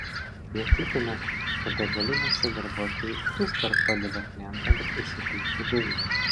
jie tikina kad degalinėse darbuotojai vis dar padeda klientams įsipilti dujų